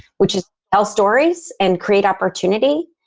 which is tell stories and create opportunity.